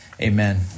Amen